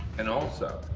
and also,